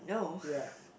ya